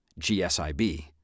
GSIB